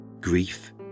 Grief